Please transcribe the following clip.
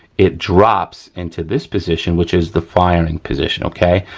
it drops into this position which is the firing position, okay.